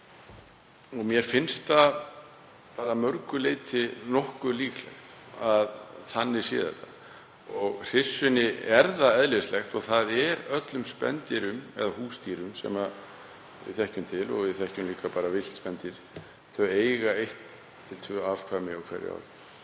sé. Mér finnst það að mörgu leyti nokkuð líklegt að þannig sé þetta. Hryssunni er það eðlislægt, og það er öllum spendýrum eða húsdýrum sem við þekkjum til og við þekkjum líka villt spendýr, að eiga eitt til tvö afkvæmi á hverju ári.